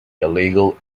illegal